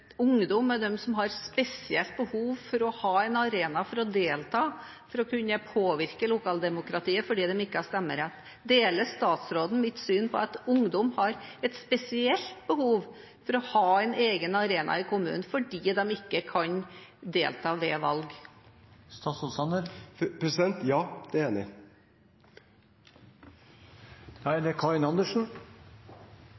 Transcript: ungdom er de som har spesielt behov for å ha en arena for å kunne delta og påvirke lokaldemokratiet, fordi de ikke har stemmerett. Deler statsråden mitt syn på at ungdom har et spesielt behov for å ha en egen arena i kommunen, fordi de ikke kan delta ved valg? Ja, det er jeg enig i. Jeg må følge opp dette, for det er ikke mulig å forstå hvorfor det